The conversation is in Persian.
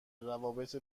روابط